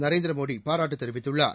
நரேந்திர மோடி பாராட்டுத் தெரிவித்துள்ளார்